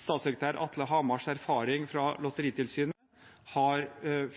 statssekretær Atle Hamars erfaring fra Lotteritilsynet – har